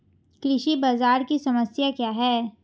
कृषि बाजार की समस्या क्या है?